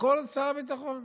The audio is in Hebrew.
הכול שר הביטחון.